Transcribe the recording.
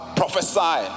prophesy